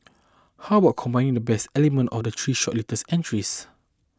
how about combining the best elements of the three shortlisted entries